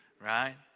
right